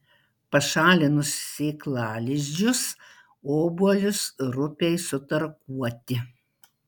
pašalinus sėklalizdžius obuolius rupiai sutarkuoti